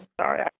Sorry